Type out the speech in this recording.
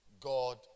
God